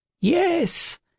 yes